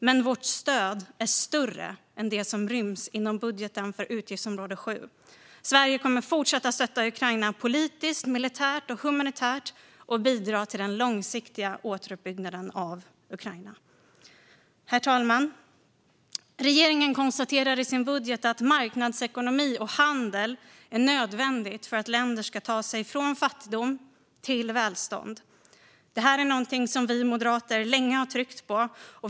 Men vårt stöd är större än det som ryms inom budgeten för utgiftsområde 7. Sverige kommer att fortsätta att stötta Ukraina politiskt, militärt och humanitärt och bidra till den långsiktiga återuppbyggnaden av Ukraina. Herr talman! Regeringen konstaterar i sin budget att marknadsekonomi och handel är nödvändigt för att länder ska ta sig från fattigdom till välstånd. Det här är någonting som vi moderater länge har tryckt på.